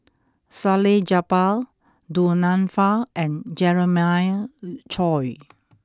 Salleh Japar Du Nanfa and Jeremiah Choy